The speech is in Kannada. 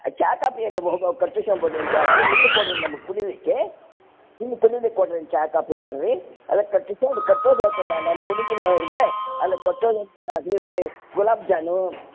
ಚಾ ಕಾಪಿ ಏನು ಕಟ್ಟಿಸ್ಕೊಂಡು ಹೋಗೋದೇನು ಬೇಡ್ರಿ ಇಲ್ಲಿಗೆ ಕೊಡಿರಿ ನಮ್ಗೆ ಕುಡೀಲಿಕ್ಕೆ ಇಲ್ಲಿ ಕುಡಿಲಿಕ್ಕೆ ಕೊಡಿರಿ ಚಾ ಕಾಪಿ ಕೊಡಿರಿ ಅಲ್ಲ ಕಟ್ಟಿಸೋರು ಕಟ್ಟೋದು ಯಾಕೆ ಮೇಡಮ್ ಕುಡೀತೀನಿ ಇವಾಗ ಅಲ್ಲ ಕಟ್ಟೋದು ಗುಲಾಬ್ ಜಾನು